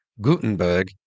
Gutenberg